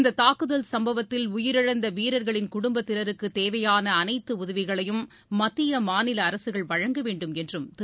இந்த தாக்குதல் சும்பவத்தில் உயிரிழந்த வீரர்களின் குடும்பத்தினருக்கு தேவையான அனைத்து உதவிகளையும் மத்திய மாநில அரசுகள் வழங்க வேண்டும் என்றும் திரு